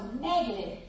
negative